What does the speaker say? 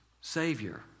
Savior